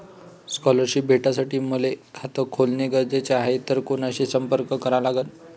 Scholarship भेटासाठी मले खात खोलने गरजेचे हाय तर कुणाशी संपर्क करा लागन?